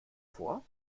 vor